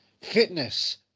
fitness